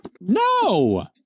no